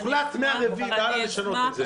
הוחלט מהרביעי והלאה לשנות את זה.